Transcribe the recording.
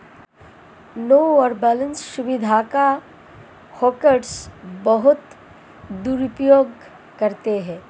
no your balance सुविधा का hackers बहुत दुरुपयोग करते हैं